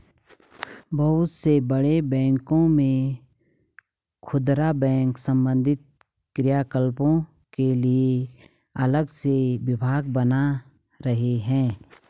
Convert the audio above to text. बहुत से बड़े बैंकों ने खुदरा बैंक संबंधी क्रियाकलापों के लिए अलग से विभाग बना रखे हैं